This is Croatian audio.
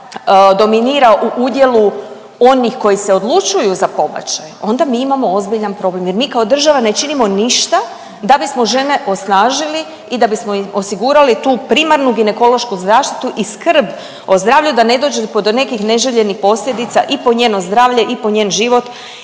dominira u udjelu onih koji se odlučuju za pobačaj onda mi imamo ozbiljan problem jer mi kao država ne činimo ništa da bismo žene osnažili i da bismo im osigurali tu primarnu ginekološku zaštitu i skrb o zdravlju da ne dođe do nekih neželjenih posljedica i po njeno zdravlje, i po njen život